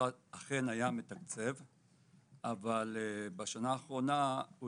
המשרד אכן היה מתקצב אבל בשנה האחרונה הוא